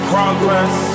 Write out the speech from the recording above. Progress